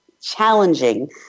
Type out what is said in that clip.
challenging